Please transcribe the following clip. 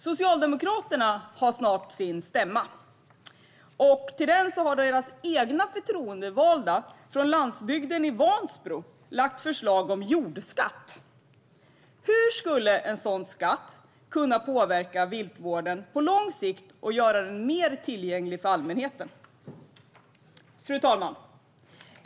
Socialdemokraterna har snart sin stämma. Till den har deras egna förtroendevalda från landsbygden i Vansbro lagt fram förslag om jordskatt. Hur skulle en sådan skatt kunna påverka viltvården på lång sikt och göra den mer tillgänglig för allmänheten? Fru talman!